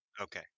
Okay